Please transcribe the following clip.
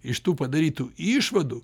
iš tų padarytų išvadų